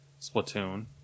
Splatoon